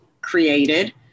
created